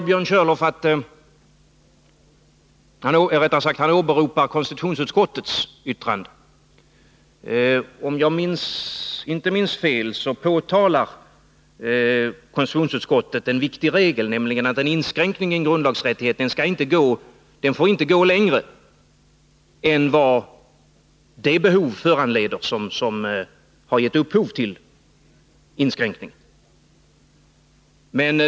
Björn Körlof åberopar sedan konstitutionsutskottets yttrande. Om jag inte minns fel hänvisar konstitutionsutskottet till en viktig regel, nämligen att en inskränkning i en grundlagsrättighet inte får gå längre än till vad det behov föranleder som har gett upphov till inskränkningen.